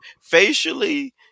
Facially